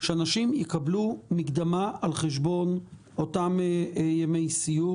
שאנשים יקבלו מקדמה על חשבון אותם ימי סיור?